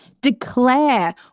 Declare